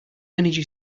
energy